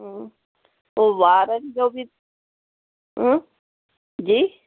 हूं पोइ वारनि जो बि हूं जी